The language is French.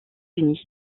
unis